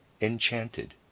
enchanted